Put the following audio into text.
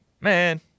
Man